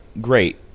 Great